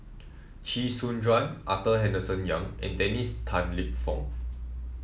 Chee Soon Juan Arthur Henderson Young and Dennis Tan Lip Fong